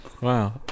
Wow